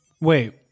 Wait